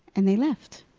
and they left.